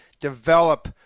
develop